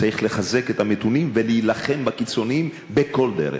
צריך לחזק את המתונים ולהילחם בקיצונים בכל דרך.